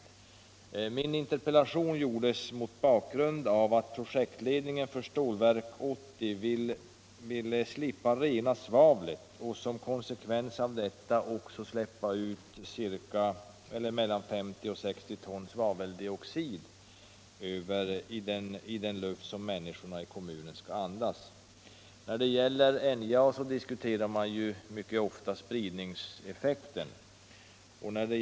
Min interpellation ställdes mot bakgrund av att projektledningen för Stålverk 80 ville slippa rena svavlet och som konsekvens därav släppa ut mellan 50 och 60 ton svaveldioxid i den luft som människorna i kommunen skall andas. När det gäller NJA diskuteras ofta spridningseffekten.